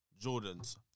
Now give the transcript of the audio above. Jordan's